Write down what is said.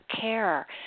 care